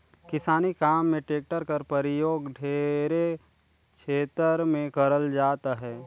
किसानी काम मे टेक्टर कर परियोग ढेरे छेतर मे करल जात अहे